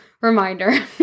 reminder